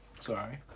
sorry